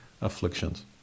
afflictions